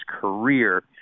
career